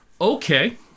Okay